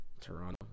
Toronto